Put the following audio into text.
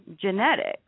genetics